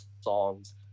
songs